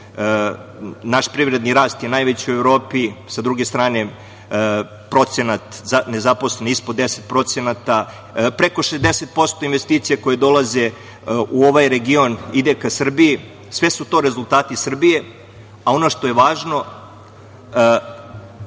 Naš privredni rast je najveći u Evropi. S druge strane, procenat nezaposlenosti je ispod 10%. Preko 60% investicija koje dolaze u ovaj region ide ka Srbiji. Sve su to rezultati Srbije. Ono što je važno,